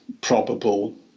probable